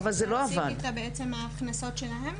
להציג את ההכנסות שלהם,